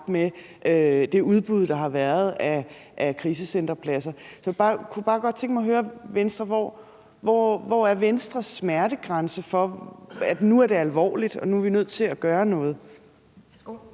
med det udbud af krisecenterpladser, der er kommet. Jeg kunne bare godt tænke mig at høre Venstre: Hvor er Venstres smertegrænse for, at nu er det alvorligt, og at nu er vi nødt til at gøre noget?